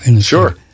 Sure